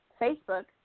Facebook